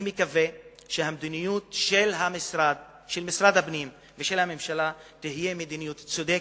אני מקווה שהמדיניות של משרד הפנים ושל הממשלה תהיה מדיניות צודקת,